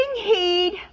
heed